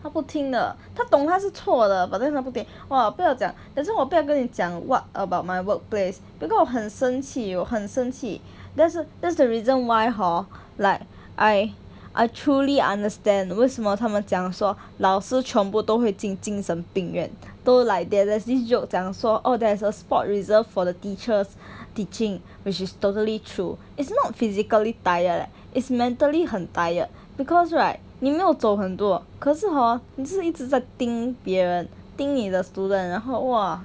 他不听的他懂他是错的 but then 他不听 !wah! 不要讲可是我不要跟你讲 what about my workplace becau~ 我很生气我很生气 that's the that's the reason why hor like I I truly understand 为什么他们讲说老师全部都会进精神病院都 like there there's this joke 讲说 oh there's a spot reserved for the teachers teaching which is totally true it's not physically tired leh is mentally 很 tired because right 你没有走很多可是 hor 你只是一直在盯别人盯你的 student 然后 !wah!